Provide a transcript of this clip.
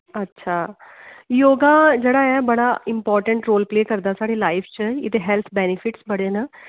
अच्छा योग जेह्ड़ा ऐ बड़ा इम्पार्टेंट रोल प्ले करदा साढ़ी लाईफ च एह्दे हेल्थ बेनीफिट बड़े न